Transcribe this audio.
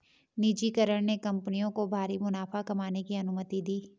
निजीकरण ने कंपनियों को भारी मुनाफा कमाने की अनुमति दी